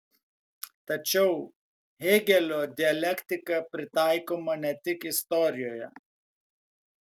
tačiau hėgelio dialektika pritaikoma ne tik istorijoje